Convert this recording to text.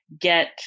get